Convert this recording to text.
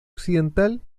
occidental